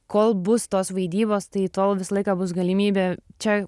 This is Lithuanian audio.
kol bus tos vaidybos tai tol visą laiką bus galimybė čia